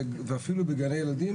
ואפילו בגני הילדים,